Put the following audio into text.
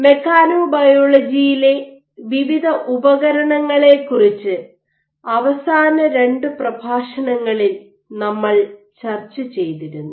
മെക്കനോബയോളജിയിലെ വിവിധ ഉപകരണങ്ങളെക്കുറിച്ച് അവസാന രണ്ടു പ്രഭാഷണങ്ങളിൽ നമ്മൾ ചർച്ച ചെയ്തിരുന്നു